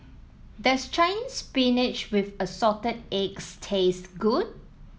does Chinese Spinach with Assorted Eggs taste good